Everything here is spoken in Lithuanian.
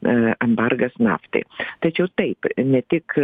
e embargas naftai tačiau taip ne tik